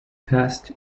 past